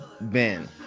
Ben